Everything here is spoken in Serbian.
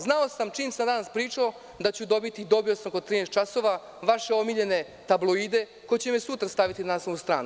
Znao sam, čim sam danas pričao, da ću dobiti i dobio sam oko 13.00 časova vaše omiljene tabloide, koji će me sutra staviti na naslovnu stranu.